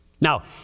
Now